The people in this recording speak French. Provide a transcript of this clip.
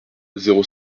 zéro